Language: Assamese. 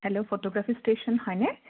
হেল্ল' ফটোগ্ৰাফী ষ্টেচন হয়নে